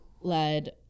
led